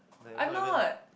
I'm not